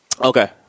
Okay